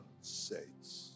saints